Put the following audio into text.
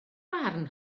barn